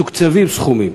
מתוקצבים סכומים,